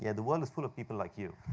yeah the world is full of people like you,